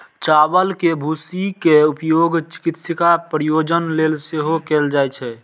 चावल के भूसी के उपयोग चिकित्सा प्रयोजन लेल सेहो कैल जाइ छै